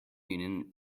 union